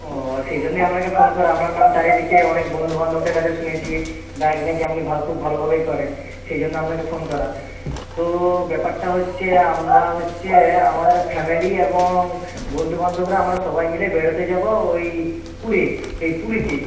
ও সেই জন্যই আপনাকে ফোন করা আপনার নাম চারিদিকে অনেক বন্ধু বান্ধবদের কাছে শুনেছি গাইড নাকি আপনি ভা খুব ভালোভাবেই করেন সেই জন্য আপনাকে ফোন করা তো ব্যাপারটা হচ্চে আমরা হচ্চে আমাদের ফ্যামেলি এবং বন্ধু বান্ধবরা আমরা সবাই মিলে বেড়াতে যাবো ওই পুরী এই পুরীতে